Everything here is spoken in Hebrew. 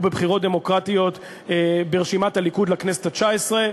בבחירות דמוקרטיות ברשימת הליכוד לכנסת התשע-עשרה,